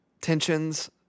tensions